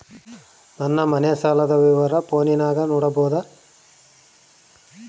ನನ್ನ ಮನೆ ಸಾಲದ ವಿವರ ಫೋನಿನಾಗ ನೋಡಬೊದ?